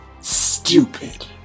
stupid